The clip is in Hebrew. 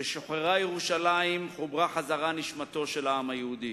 כששוחררה ירושלים חוברה בחזרה נשמתו של העם היהודי.